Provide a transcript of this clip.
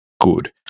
good